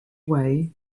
way